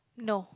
no